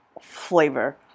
flavor